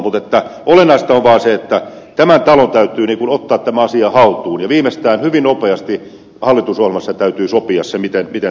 mutta olennaista on vaan se että tämän talon täytyy ottaa tämä asia haltuun ja hyvin nopeasti viimeistään hallitusohjelmassa täytyy sopia se miten tehdään